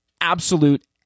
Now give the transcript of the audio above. absolute